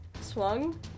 swung